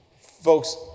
Folks